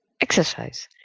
exercise